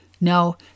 No